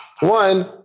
One